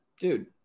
Dude